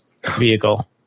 Vehicle